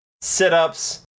sit-ups